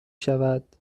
شود